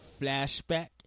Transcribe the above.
flashback